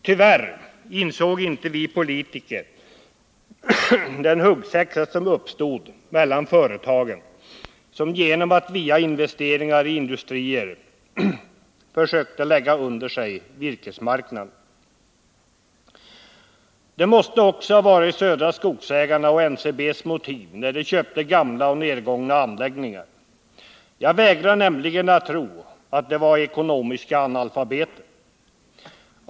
Tyvärr insåg inte vi politiker att detta skulle medföra att en huggsexa bland företagen uppstod genom att de via investeringar i industrier försökte lägga under sig virkesmarknaden. Detta måste också ha varit Södra Skogsägarnas och NCB:s motiv, när de köpte gamla och nergångna anläggningar — jag vägrar nämligen tro att de var Nr 55 ekonomiska analfabeter.